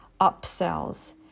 upsells